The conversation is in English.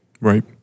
Right